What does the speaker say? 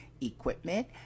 equipment